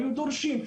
היו דורשים.